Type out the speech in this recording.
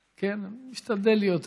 כן, אני משתדל להיות אדיב.